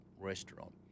restaurant